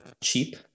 cheap